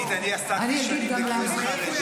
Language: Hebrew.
גלית, אני עסקתי שנים בגיוס חרדים.